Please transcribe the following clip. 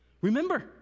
Remember